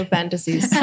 fantasies